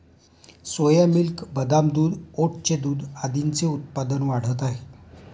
सोया milk, बदाम दूध, ओटचे दूध आदींचे उत्पादन वाढत आहे